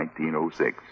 1906